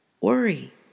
worry